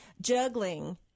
juggling